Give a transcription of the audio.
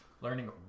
Learning